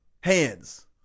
hands